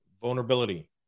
vulnerability